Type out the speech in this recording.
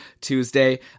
Tuesday